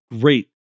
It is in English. great